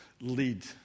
lead